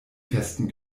festen